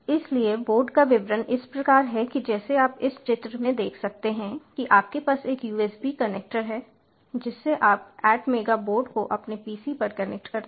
इसलिए बोर्ड का विवरण इस प्रकार है कि जैसे आप इस चित्र में देख सकते हैं कि आपके पास एक USB कनेक्टर है जिससे आप ATMEGA बोर्ड को अपने PC पर कनेक्ट करते हैं